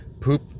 poop